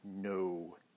no